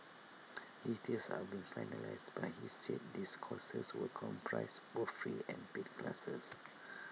details are being finalised but he said these courses would comprise both free and paid classes